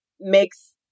makes